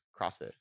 CrossFit